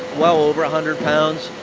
well over a hundred pounds.